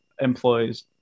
employees